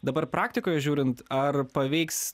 dabar praktikoje žiūrint ar paveiks